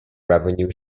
revenue